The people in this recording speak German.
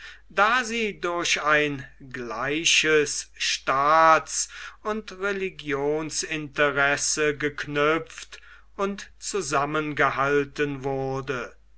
da sie durch ein gleiches staats und religions interesse geknüpft und zusammengehalten wurde